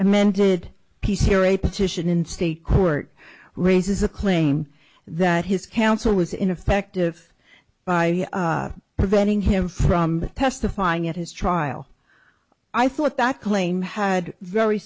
amended pcr a petition in state court raises a claim that his counsel was ineffective by preventing him from testifying at his trial i thought that claim had very